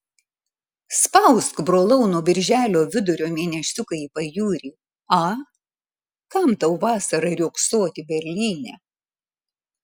spausk brolau nuo birželio vidurio mėnesiuką į pajūrį a kam tau vasarą riogsoti berlyne